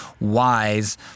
wise